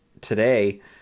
today